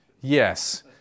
Yes